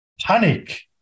panic